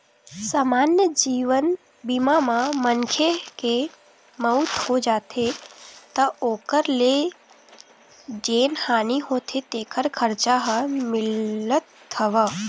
समान्य जीवन बीमा म मनखे के मउत हो जाथे त ओखर ले जेन हानि होथे तेखर खरचा ह मिलथ हव